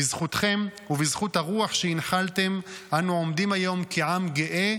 בזכותכם ובזכות הרוח שהנחלתם אנו עומדים היום כעם גאה,